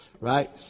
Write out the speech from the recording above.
Right